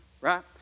right